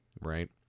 right